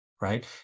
right